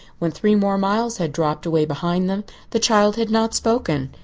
when three more miles had dropped away behind them the child had not spoken.